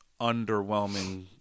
underwhelming